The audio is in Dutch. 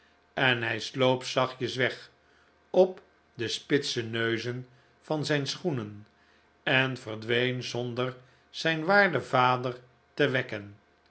en hij sloop zachtjes weg op de spitse neuzen van zijn schoenen en verdween zonder zijn waarden vader te wekken